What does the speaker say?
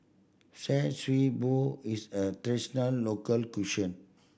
Char Siew Bao is a traditional local cuisine